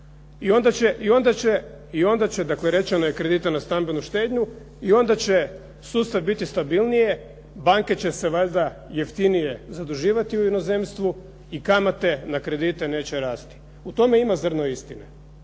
i onda će, dakle, rečeno je kredita na stambenu štednju i onda će …/Govornik se ne razumije./… biti stabilnije, banke će se valjda jeftinije zaduživati u inozemstvu i kamate na kredite neće rasti. U tome ima zrno istine,